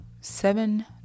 seven